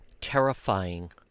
terrifying